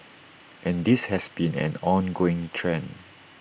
and this has been an ongoing trend